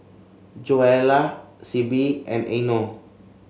Joella Sibbie and Eino